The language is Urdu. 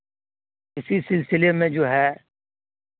اسی سلسلے میں جو ہے